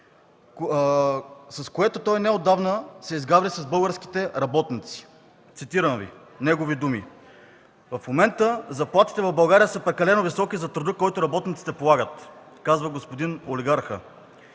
с което той неотдавна се изгаври с българските работници. Цитирам Ви негови думи: „В момента заплатите в България са прекалено високи за труда, който работниците полагат” – казва господин олигархът.